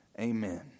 amen